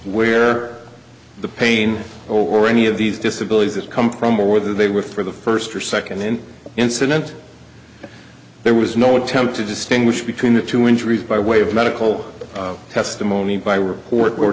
where the pain or any of these disabilities that's come from or whether they were for the first or second incident there was no attempt to distinguish between the two injuries by way of medical testimony by report or